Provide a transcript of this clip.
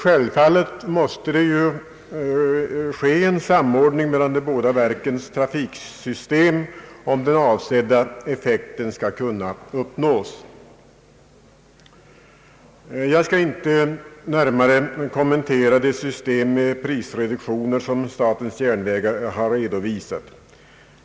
Självfallet måste det ske en samordning mellan de båda verkens trafiksystem, om den avsedda effekten skall kunna uppnås. Jag skall inte närmare kommentera det system med prisreduktioner som statens järnvägar har redovisat.